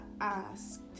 asked